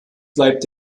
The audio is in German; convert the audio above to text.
bleibt